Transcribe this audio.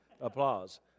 applause